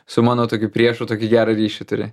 su mano tokiu priešu tokį gerą ryšį turi